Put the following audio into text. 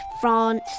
France